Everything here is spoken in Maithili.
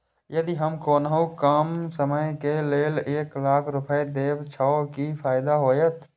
यदि हम कोनो कम समय के लेल एक लाख रुपए देब छै कि फायदा होयत?